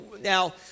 now